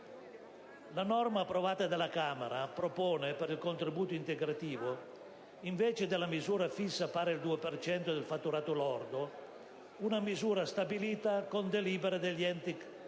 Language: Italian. La norma approvata dalla Camera propone, per il contributo integrativo, invece della misura fissa pari al 2 per cento del fatturato lordo, una misura stabilita con delibera dell'ente cassa